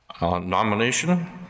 nomination